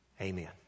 Amen